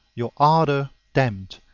your ardor damped,